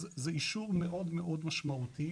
אז זה אישור מאוד מאוד משמעותי.